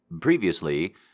Previously